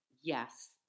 Yes